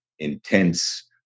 Intense